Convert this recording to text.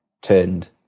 turned